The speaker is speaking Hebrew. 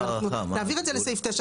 אז אנחנו נעביר את זה לסעיף 9,